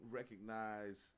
recognize